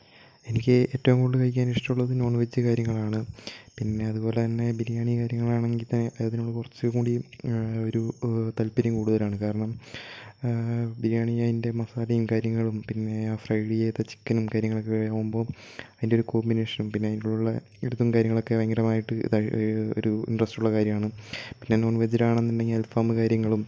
എനിക്ക് ഏറ്റവും കൂടുതൽ കഴിക്കാൻ ഇഷ്ടമുള്ളത് നോൺ വെജ് കാര്യങ്ങളാണ് പിന്നെ അതുപോലെത്തന്നെ ബിരിയാണി കാര്യങ്ങളാണെങ്കിൽ തന്നെ അതിനോട് കുറച്ചും കൂടി ഒരു താത്പര്യം കൂടുതലാണ് കാരണം ബിരിയാണി അതിൻ്റെ മസാലയും കാര്യങ്ങളും പിന്നെ ഫ്രൈ ചെയ്ത ചിക്കനും കാര്യങ്ങളൊക്കെ ആവുമ്പം അതിൻറ്റൊരു കോമ്പിനേഷനും പിന്നെ അതിൻ്റെ കൂടെയുള്ള ഒരിതും കാര്യങ്ങളൊക്കെ ഭയങ്കരമായിട്ട് ഇത് ഒരു ഇൻട്രെസ്റ്റുള്ളൊരു കാര്യമാണ് പിന്നെ നോൺ വെജിൽ ആണെന്നുണ്ടെങ്കിൽ അൽഫാം കാര്യങ്ങളും